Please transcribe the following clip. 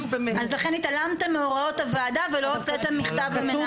אז לכן התעלמתם מהוראות הוועדה ולא הוצאתם מכתב למנהלים.